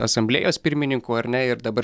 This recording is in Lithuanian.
asamblėjos pirmininku ar ne ir dabar